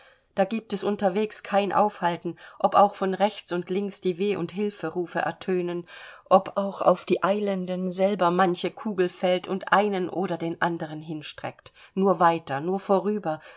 da gibt es unterwegs kein aufhalten ob auch von rechts und links die weh und hilferufe ertönen ob auch auf die eilenden selber manche kugel fällt und einen oder den anderen hinstreckt nur weiter nur vorüber